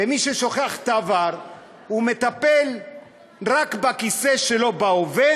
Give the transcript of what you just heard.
ומי ששוכח את העבר ומטפל רק בכיסא שלו בהווה,